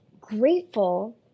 grateful